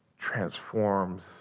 transforms